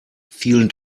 vielen